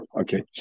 Okay